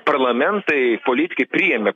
parlamentai politikai priėmė